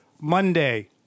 Monday